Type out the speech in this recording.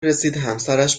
رسیدهمسرش